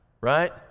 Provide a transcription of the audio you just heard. Right